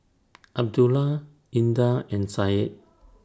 Abdullah Indah and Syed